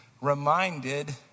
reminded